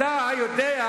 ואתה יודע את האמת.